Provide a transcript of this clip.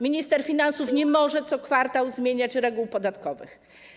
Minister finansów nie może co kwartał zmieniać reguł podatkowych.